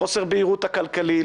לחוסר הבהירות הכללי,